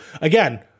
again